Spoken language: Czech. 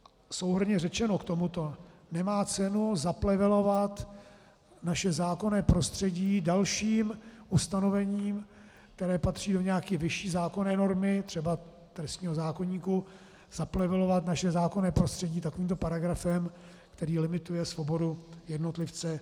A souhrnně řečeno k tomuto, nemá cenu zaplevelovat naše zákonné prostředí dalším ustanovením, které patří do nějaké vyšší zákonné normy, třeba trestního zákoníku, zaplevelovat naše zákonné prostředí tímto paragrafem, který limituje svobodu jednotlivce.